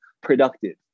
productive